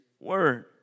word